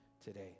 today